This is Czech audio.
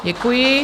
Děkuji.